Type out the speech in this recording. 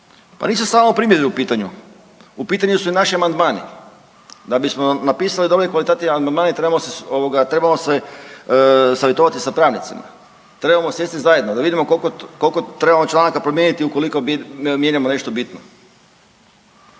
Pa nisu samo primjedbe u pitanju, u pitanju su i naši amandmani. Da bi bismo napisali dobre i kvalitetne amandmane trebamo se ovoga trebamo se savjetovati sa pravnicima. Trebamo sjesti zajedno da vidimo koliko trebamo članaka trebamo promijeniti ukoliko mijenjamo nešto bitno.